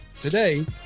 today